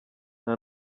nta